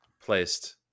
placed